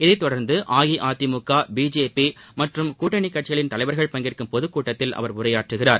இதைத்தொடர்ந்து அஇஅதிமுக பிஜேபி மற்றம் கூட்டணி கட்சிகளின் தலைவர்கள் பங்கேற்கும் பொதுக்கூட்டத்தில் அவர் உரையாற்றுகிறார்